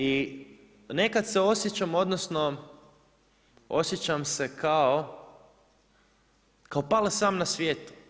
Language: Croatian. I nekad se osjećam, odnosno, osjećam se kao „Pale sam na svijetu“